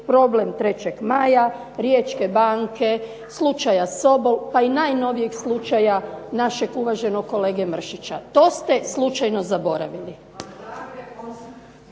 problem "3. maja", "Riječke banke", slučaja Sobol pa i najnovijeg slučaja našeg uvaženog kolege Mršića. To ste slučajno zaboravili.